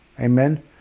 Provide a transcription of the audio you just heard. Amen